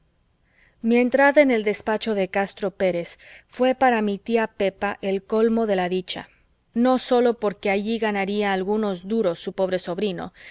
mi entrada en el despacho de castro pérez fué para mi tía pepa el colmo de la dicha no sólo porque allí ganaría algunos duros su pobre sobrino